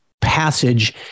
passage